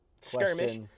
Skirmish